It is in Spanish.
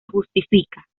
justifica